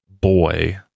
boy